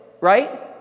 Right